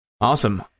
Awesome